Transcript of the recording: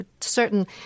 certain